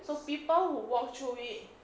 so people would walk through it